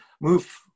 move